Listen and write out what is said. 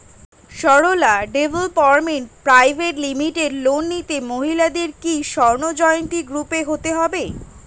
Sarala development private limited loan নিতে মহিলাদের কি স্বর্ণ জয়ন্তী গ্রুপে হতে হবে?